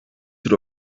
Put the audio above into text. tur